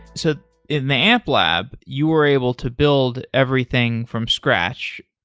so in the amplab you are able to build everything from scratch.